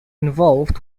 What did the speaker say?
involved